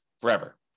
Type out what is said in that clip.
forever